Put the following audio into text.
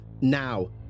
now